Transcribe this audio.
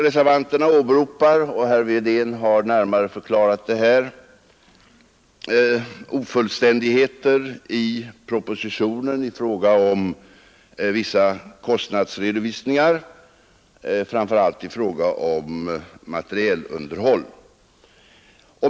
Reservanterna åberopar, och herr Wedén har närmare förklarat detta, ofullständigheter i propositionen i fråga om vissa kostnadsredovisningar, framför allt när det gäller materielunderhåll.